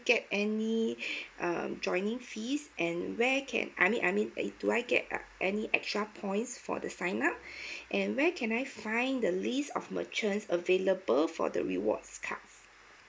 get any um joining fees and where can I mean I mean do I get uh any extra points for the sign up and where can I find the list of merchants available for the rewards cards